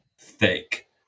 thick